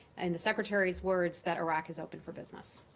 in the secretary's words, that iraq is open for business.